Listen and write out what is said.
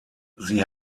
sie